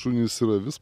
šunys ir avis